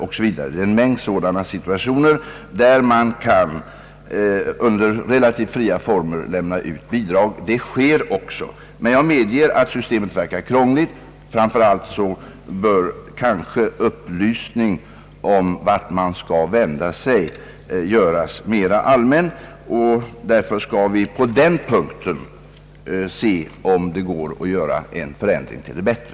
En mängd situationer kan tänkas inträffa där man bör kunna under relativt fria former lämna ut bidrag. Så sker också, men jag medger att det nuvarande systemet verkar krångligt. Framför allt bör kanske upplysning om vart man skall kunna vända sig ges mera allmänt. På den punkten skall vi undersöka, om det går att få till stånd en förändring till det bättre.